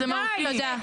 די.